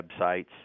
websites